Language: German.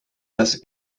das